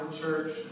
church